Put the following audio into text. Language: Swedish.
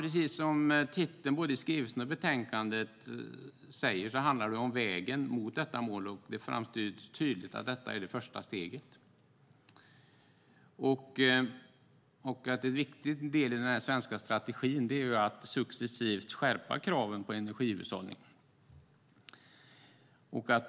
Precis som titeln på både skrivelsen och betänkandet anger handlar det om vägen mot detta mål. Det framhålls tydligt att detta är det första steget. En viktig del i denna svenska strategi är att successivt skärpa kraven på energihushållning.